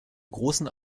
großen